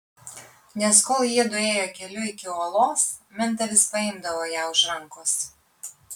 nes kol jiedu ėjo keliu iki uolos minta vis paimdavo ją už rankos